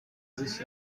sich